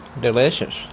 Delicious